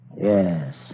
Yes